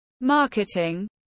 marketing